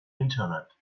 internet